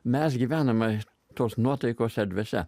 mes gyvename tos nuotaikos erdvėse